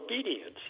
obedience